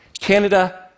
Canada